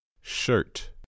shirt